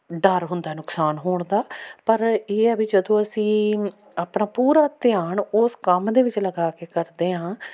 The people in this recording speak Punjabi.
ਡਰ ਹੁੰਦਾ ਨੁਕਸਾਨ ਹੋਣ ਦਾ ਪਰ ਇਹ ਹੈ ਵੀ ਜਦੋਂ ਅਸੀਂ ਆਪਣਾ ਪੂਰਾ ਧਿਆਨ ਉਸ ਕੰਮ ਦੇ ਵਿੱਚ ਲਗਾ ਕੇ ਕਰਦੇ ਹਾਂ